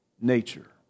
nature